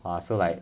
!wah! so like